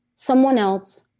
someone else,